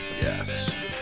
Yes